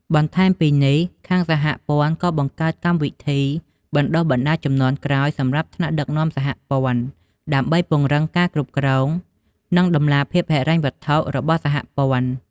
បន្ថែមពីនេះ ខាងសហព័ន្ធក៏បង្កើតកម្មវិធីបណ្ដុះបណ្ដាលជំនាន់ក្រោយសម្រាប់ថ្នាក់ដឹកនាំសហព័ន្ធ ដើម្បីពង្រឹងការគ្រប់គ្រង និងតម្លាភាពហិរញ្ញវត្ថុរបស់សហព័ន្ធ។។